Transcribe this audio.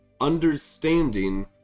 understanding